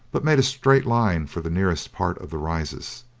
but made a straight line for the nearest part of the rises.